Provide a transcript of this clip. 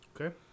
Okay